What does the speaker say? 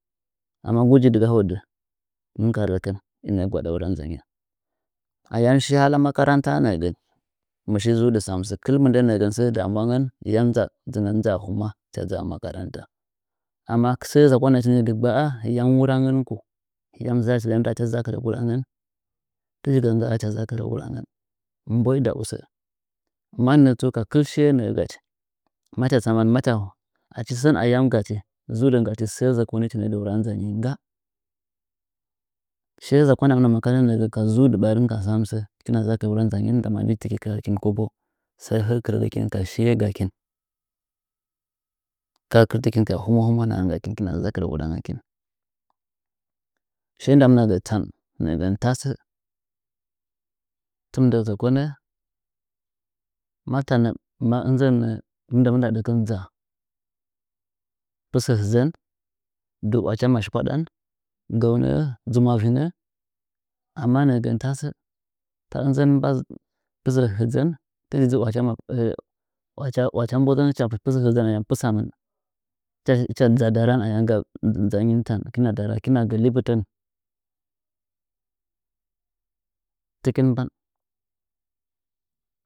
Ama kuji dɨga hodɚ hɨmɨn ka rɚkɨn i nɚɚ gwaɗa wura nzayin ayam shi makaranta nɚɚgɚn mɨ shi zudɨ sam sɚn nda gam sɚ nji damuwangɚ yam nza nzɚngɚn dzachi a hɨ mwa hɨcha dzɨ a makaranta amma ti sɚ zakwazachi dɨggba yam wurangɚnku yan nzachi zaa gacha wurangɚ yami tɨchi gɨ ngga hɨcha zakɨrɚ wurangɚn mboi da usɚ mannɚ tsu ka ktl shiye nɚɚ gachi macha tsaman achi sɚn ayam gachi zudɨn gachi sɚ zɚkoni chi nɚɚ dɨ wura nzanyi ngg’a shiye zakwa nani nɚ mɚm gamɚn nɚgɚn ka zudɨ barin ka sam sɚ hɨkina zakɨra kobo sai hɚɚ kɨrɚgɚkin ka shiye gakin ka kɨrtikikin a hɨmwa hɨwa nahan gaki kina zakiri wurangɚ kin shiye ndamina tan tasɚ nɚgɚn tɨ mɨndɨ zɚkonɚ ma tan ma tnzɚn nɚ ma ndɨmɨna ɗɨkɚn ɗza pɨɚ hɨdzɚn du wacha masku aɗan gɚu tasɚ ta ɨnzɚn mba pɨsɚn mba pɨsɚhɨdzɚ tɨch dzɨ wacha wacha mbodzɨn hɨcha pt pɨsɚ hɨdzɚn ayam pɨsamɨn hɨcha hɨcha dza daran ayam ga nzanyih tan gɚ libɨ tɚn tɨkɨn mban.